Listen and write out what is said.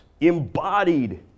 embodied